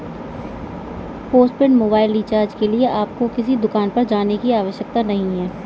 postpaid mobile recharge के लिए आपको किसी दुकान पर जाने की आवश्यकता नहीं है